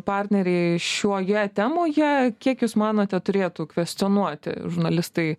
partneriai šioje temoje kiek jūs manote turėtų kvestionuoti žurnalistai